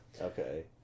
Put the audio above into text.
Okay